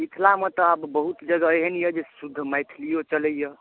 मिथिलामे तऽ आब बहुत जगह एहन यए जे शुद्ध मैथिलिओ चलैए